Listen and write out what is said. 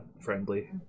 friendly